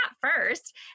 first